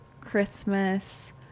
Christmas